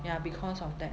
ya because of that